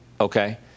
Okay